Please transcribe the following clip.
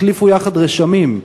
החליפו יחד רשמים.